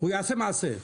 יעשה מעשה.